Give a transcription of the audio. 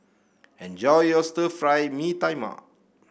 enjoy your Stir Fry Mee Tai Mak